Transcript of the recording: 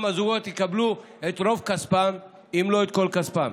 הזוגות יקבלו את רוב כספם אם לא את כל כספם.